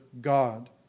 God